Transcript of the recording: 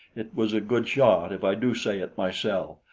it was a good shot if i do say it myself,